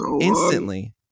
instantly